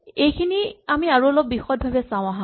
এইখিনি আৰু অলপ বিশদভাৱে চাওঁ আহাঁ